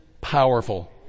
powerful